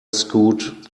scoot